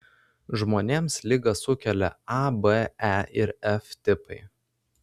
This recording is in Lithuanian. žmonėms ligą sukelia a b e ir f tipai